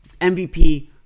MVP